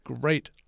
great